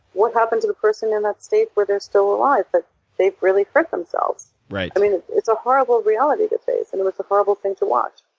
what happened to the person in that state where they're still alive but they've really hurt themselves? it's a horrible reality to face. and it was a like horrible thing to watch.